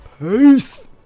Peace